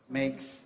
makes